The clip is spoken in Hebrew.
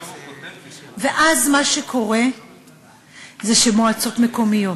ואז, מה שקורה זה שמועצות מקומיות